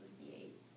associate